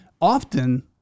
Often